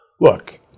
Look